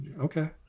Okay